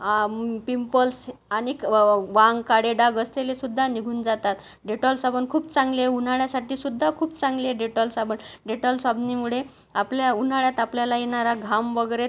आमुन् pimples आणि व व वां काळे डाग असलेले सुद्धा निघून जातात डेटॉल साबण खूप चांगली आहे उन्हाळ्यासाठी सुद्धा खूप चांगली आहे डेटॉल साबण डेटॉल साबणामुळे आपल्या उन्हाळ्यात आपल्याला येणारा घाम वगैरे